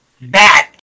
Bat